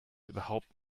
überhaupt